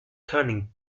turning